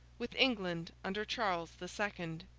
with england under charles the second.